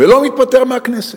ולא מתפטר מהכנסת,